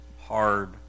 hard